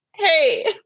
Hey